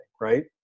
Right